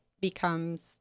becomes